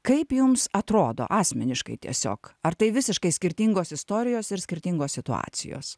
kaip jums atrodo asmeniškai tiesiog ar tai visiškai skirtingos istorijos ir skirtingos situacijos